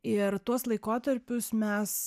ir tuos laikotarpius mes